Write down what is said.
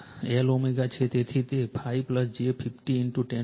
તેથી તે 5 j 50 10 3 2π 100 છે